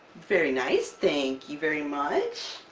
very nice thank you very much